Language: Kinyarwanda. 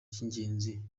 cy’ingenzi